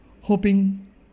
hoping